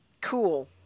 cool